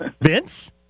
Vince